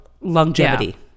longevity